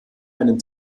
einen